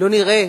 לא נראה